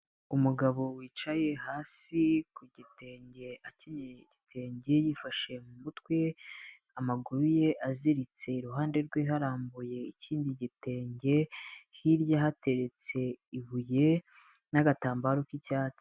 Umugabo wicaye hasi ku gitenge, akenyeye igitenge yifashe mu mutwe, amaguru ye aziritse, iruhande rwe harambuye ikindi gitenge, hirya hateretse ibuye n'agatambaro k'icyatsi.